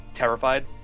Terrified